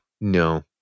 No